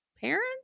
parents